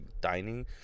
dining